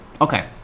Okay